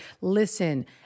listen